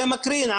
זה מקרין,